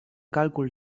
càlcul